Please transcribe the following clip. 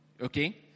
Okay